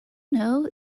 know